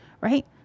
right